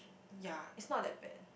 ya is not that bad